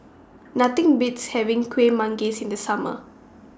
Nothing Beats having Kueh Manggis in The Summer